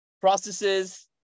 processes